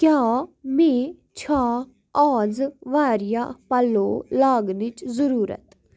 کیاہ مےٚ چھا آزٕ واریاہ پَلو لاگنٕچ ضُروٗرت